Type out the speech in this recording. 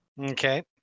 Okay